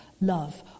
love